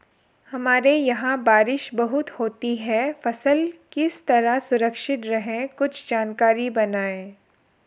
हमारे यहाँ बारिश बहुत होती है फसल किस तरह सुरक्षित रहे कुछ जानकारी बताएं?